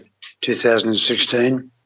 2016